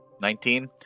nineteen